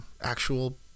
actual